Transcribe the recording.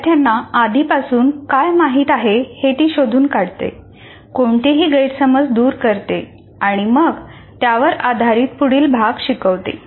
विद्यार्थ्यांना आधीपासून काय माहित आहे हे ती शोधून काढते कोणतेही गैरसमज दूर करते आणि मग त्यावर आधारित पुढील भाग शिकवते